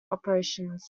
operations